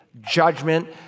judgment